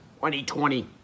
2020